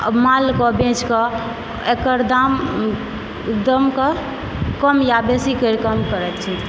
माल के बेचकऽ एकर दाम एकदम कऽ कम या बेसी करैक छी